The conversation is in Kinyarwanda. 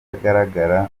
atagaragara